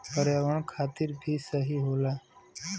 पर्यावरण खातिर भी सही होला